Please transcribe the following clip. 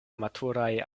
amatoraj